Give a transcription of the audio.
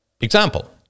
example